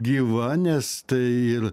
gyva nes tai ir